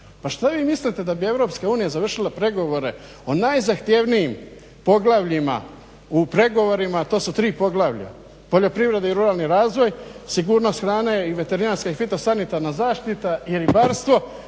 Pa šta vi mislite da bi Europska unija završila pregovore o najzahtjevnijim poglavljima u pregovorima, to su 3 poglavlja poljoprivreda i ruralni razvoj, sigurnost hrane i veterinarska i fitosanitarna zaštita i ribarstvo